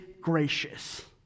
gracious